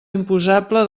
imposable